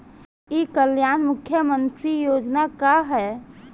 ई कल्याण मुख्य्मंत्री योजना का है?